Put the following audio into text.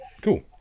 Cool